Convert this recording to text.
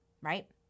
right